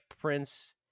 Prince